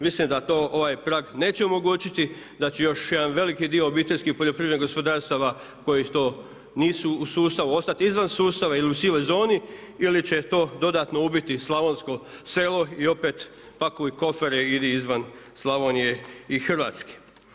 Mislim da to ovaj prag neće omogućiti, da će još jedan veliki dio obiteljskih poljoprivrednih gospodarstava kojih to nisu u sustavu ostati izvan sustava ili u sivoj zoni ili će to dodatno ubiti slavonsko selo i opet pakuj kofere i idi izvan Slavonije i Hrvatske.